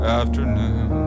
afternoon